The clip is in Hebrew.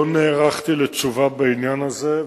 לא נערכתי לתשובה בעניין הזה,